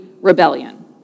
rebellion